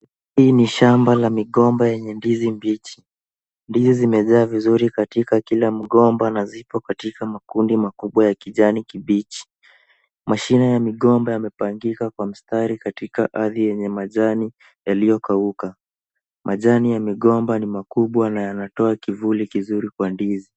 Hii ni shamba la migomba lenye ndizi mbichi. Ndizi zimejaa vizuri katika kila mgomba na ziko katika makundi makubwa ya kijani kibichi. Mashimo ya migomba yamepangika kwa mistari katika ardhi yenye majani yaliyokauka. Majani ya migomba ni makubwa na yanatoa kivuli kizuri kwa ndizi.